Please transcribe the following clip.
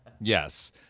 Yes